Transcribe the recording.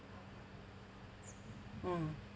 mm